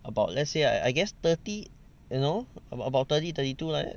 about let's say I I guess thirty you know um about thirty thirty two like that